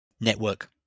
Network